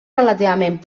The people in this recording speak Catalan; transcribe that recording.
relativament